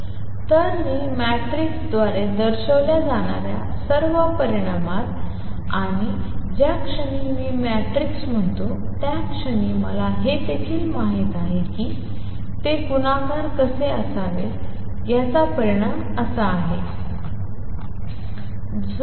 तर मी मॅट्रिक्स द्वारे दर्शवल्या जाणार्या सर्व प्रमाणात आणि ज्या क्षणी मी मॅट्रिक्स म्हणतो त्या क्षणी मला हे देखील माहित आहे की ते गुणाकार कसे असावेत याचा परिणाम असा आहे